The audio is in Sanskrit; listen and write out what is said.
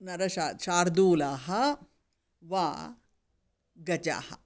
नर श शार्दूलाः वा गजाः